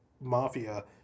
mafia